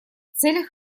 целях